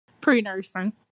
Pre-nursing